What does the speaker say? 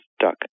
stuck